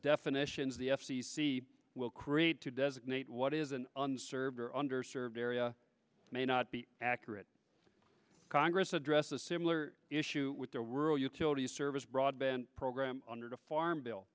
definitions the f c c will create to designate what is an underserved under served area may not be accurate congress addressed a similar issue with the rural utilities service broadband program under the farm bill